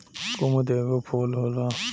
कुमुद एगो फूल होला